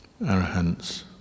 Arahants